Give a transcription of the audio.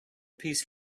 piece